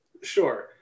Sure